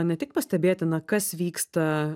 ne tik pastebėtina kas vyksta